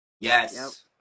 Yes